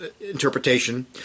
interpretation